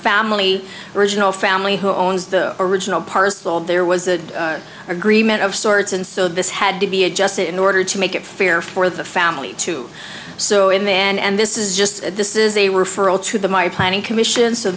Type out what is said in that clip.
family original family who owns the original parcel there was an agreement of sorts and so this had to be adjusted in order to make it fair for the family too so in the end this is just this is a referral to the my planning commission so